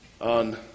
on